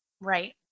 Right